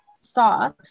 saw